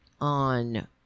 on